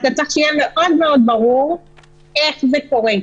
אתה צריך שיהיה מאוד מאוד ברור איך זה קורה.